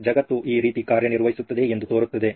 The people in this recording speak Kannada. ಜಗತ್ತು ಈ ರೀತಿ ಕಾರ್ಯನಿರ್ವಹಿಸುತ್ತಿದೆ ಎಂದು ತೋರುತ್ತದೆ